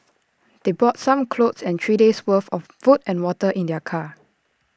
they brought some clothes and three days' worth of food and water in their car